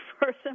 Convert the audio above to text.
person